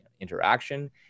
interaction